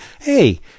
Hey